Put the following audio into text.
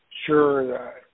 Sure